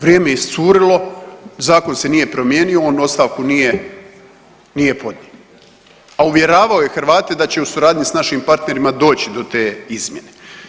Vrijeme je iscurilo, zakon se nije promijenio, on ostavku nije, nije podnio, a uvjeravao je Hrvate da će u suradnji s našim partnerima doći do te izmjene.